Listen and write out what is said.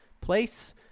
place